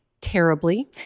terribly